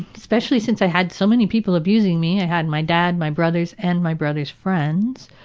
especially since i had so many people abusing me, i had my dad, my brothers and my brothers' friends,